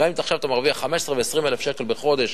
גם אם עכשיו אתה מרוויח 15,000 ו-20,000 שקל בחודש,